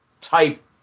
type